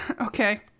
Okay